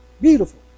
beautiful